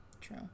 True